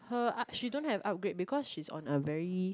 her she don't have upgrade because she's on a very